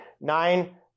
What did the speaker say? nine